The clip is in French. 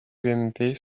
ump